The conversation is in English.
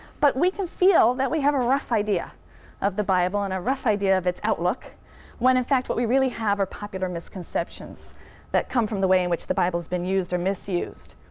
but we can feel that we have a rough idea of the bible and a rough idea of its outlook when in fact what we really have are popular misconceptions that come from the way in which the bible has been used or misused.